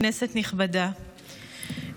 כנסת נכבדה,